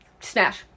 Snash